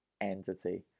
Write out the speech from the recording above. entity